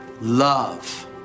love